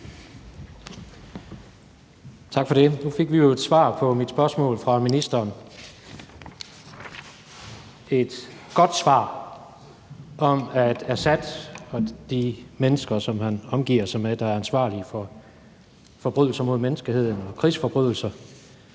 Tak for det. Nu fik vi jo et svar fra ministeren på mit spørgsmål; et godt svar om, at Assad og de mennesker, som han omgiver sig med, der er ansvarlige for forbrydelser mod menneskeheden, krigsforbrydelser,